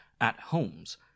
at-homes